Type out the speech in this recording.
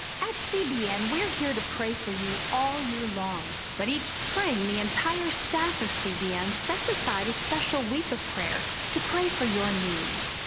at cbn we're here to pray for you all year long, but each spring the entire staff of cbn sets aside a special week of prayer to pray for your needs.